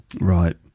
right